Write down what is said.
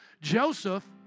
Joseph